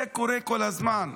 זה קורה כל הזמן.